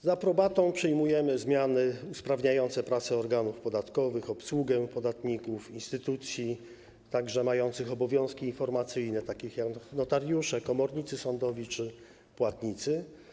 Z aprobatą przyjmujemy zmiany usprawniające pracę organów podatkowych, obsługę podatników, instytucji, także mających obowiązki informacyjne, takich jak notariusze, komornicy sądowi czy płatnicy.